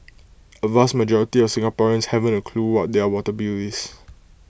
A vast majority of Singaporeans haven't A clue what their water bill is